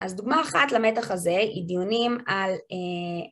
‫אז דוגמה אחת למתח הזה ‫הוא דיונים על...